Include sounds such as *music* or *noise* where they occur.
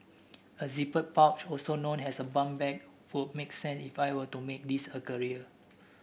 a zippered pouch also known as a bum bag would make *unintelligible* if I were to make this a career